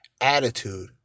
attitude